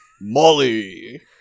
Molly